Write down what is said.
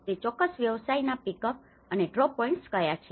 તે ચોક્કસ વ્યવસાયના પીકઅપ અને ડ્રોપ પોઇન્ટ્સ ક્યાં છે